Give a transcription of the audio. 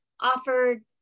offered